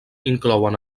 inclouen